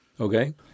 Okay